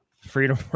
freedom